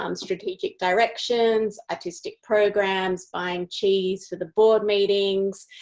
um strategic directions, artistic programs, buying cheese for the board meetings.